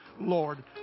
Lord